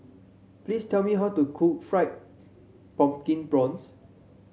please tell me how to cook Fried Pumpkin Prawns